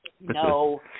No